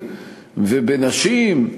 ובנשים,